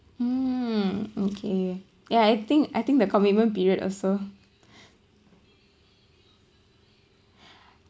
mm okay ya I think I think the commitment period also